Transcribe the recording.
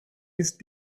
ist